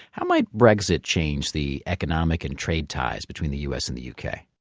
how might brexit change the economic and trade ties between the u s. and the u k?